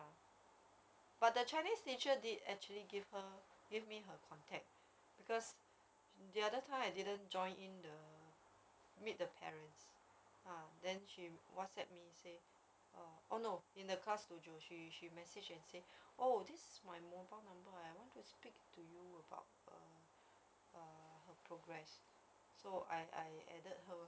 but right now uh they are using the classdojo function ah where parents can talk to the can message the teacher so okay lah at least ah 我有什么 question hor I just a send it to her and then she she can reply through that mm cause they doesn't want to give us their mobile mah it's their personal mobile number